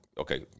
okay